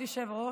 כבוד היושב-ראש,